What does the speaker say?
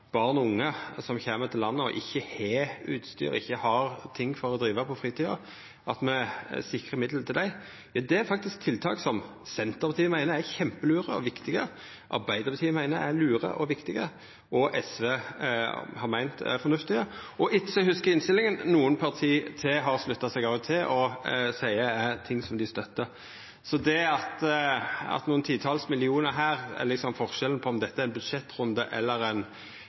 barn og unge som kjem til landet og ikkje har utstyr, så dei har ting å driva med på fritida, er faktisk tiltak som Senterpartiet og Arbeidarpartiet meiner er kjempelure og viktige, og som SV har meint er fornuftige. Etter det eg hugsar frå innstillinga, er det nokre parti til som har sagt at dette er noko som dei støttar. Så det at nokre titals millionar kroner her liksom er forskjellen på om dette er ein budsjettrunde eller